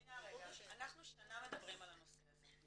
אנחנו שנה מדברים על הנושא הזה.